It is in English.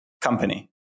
company